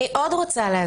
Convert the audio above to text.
אני רוצה עוד להזכיר,